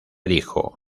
dijo